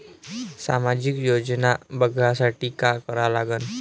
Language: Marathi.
सामाजिक योजना बघासाठी का करा लागन?